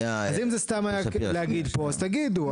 אם זה סתם היה כדי להגיד אז תגידו,